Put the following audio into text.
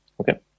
okay